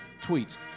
tweet